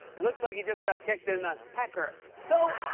he looks like he just got kicked in the. pecker. so.